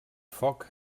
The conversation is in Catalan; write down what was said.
foc